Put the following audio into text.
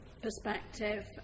perspective